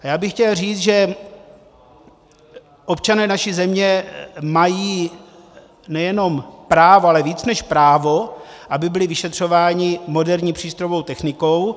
A chtěl bych říct, že občané naší země mají nejenom právo, ale víc než právo, aby byli vyšetřováni moderní přístrojovou technikou.